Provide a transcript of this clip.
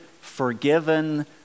forgiven